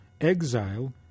exile